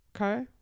okay